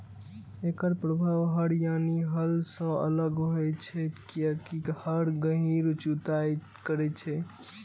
एकर प्रभाव हर यानी हल सं अलग होइ छै, कियैकि हर गहींर जुताइ करै छै